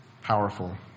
powerful